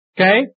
okay